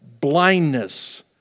blindness